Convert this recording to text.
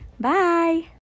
Bye